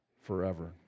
forever